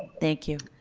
thank you.